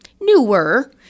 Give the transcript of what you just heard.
newer